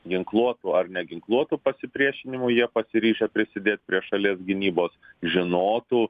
ginkluotu ar neginkluotu pasipriešinimu jie pasiryžę prisidėt prie šalies gynybos žinotų